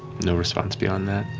no response beyond that.